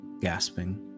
gasping